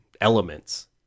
elements